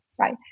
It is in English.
Right